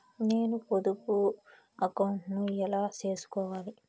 నేను పొదుపు అకౌంటు ను ఎలా సేసుకోవాలి?